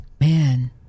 man